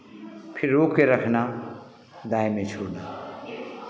फिर रोक के रखना दाएँ में छोड़ना